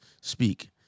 speak